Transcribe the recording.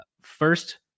First